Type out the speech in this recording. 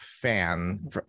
fan